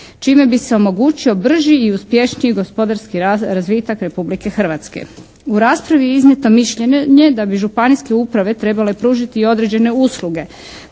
čime bi se omogućio brži i uspješniji gospodarski rast, razvitak Republike Hrvatske. U raspravi je iznijeto mišljenje da bi županijske uprave trebale pružiti određene usluge,